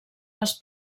les